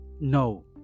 No